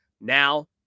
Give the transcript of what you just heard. now